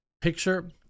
picture